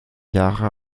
jahre